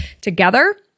together